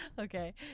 okay